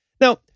Now